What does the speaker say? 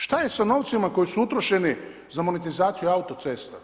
Šta je sa novcima koji su utrošeni za monetizaciju autocesta?